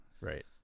right